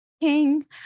King